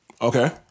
Okay